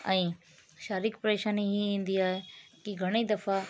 ऐं शारिरीक परेशानी ई ईंदी आहे की घणे ई दफ़ा